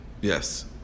yes